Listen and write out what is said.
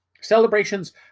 Celebrations